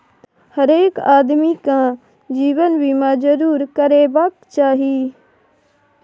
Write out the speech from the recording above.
हरेक आदमीकेँ जीवन बीमा जरूर करेबाक चाही